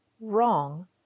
wrong